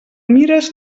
mires